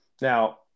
Now